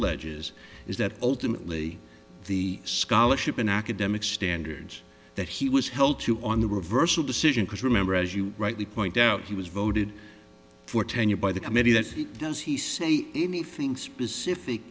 alleges is that ultimately the scholarship in academic standards that he was held to on the reversal decision because remember as you rightly point out he was voted for tenure by the committee that he does he say anything specific